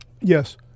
Yes